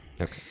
Okay